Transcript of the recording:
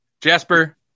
Jasper